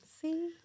See